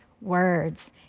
words